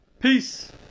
Peace